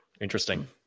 Interesting